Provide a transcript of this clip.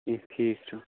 کیٚنٛہہ ٹھیٖک چھُ